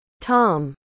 Tom